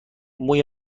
موی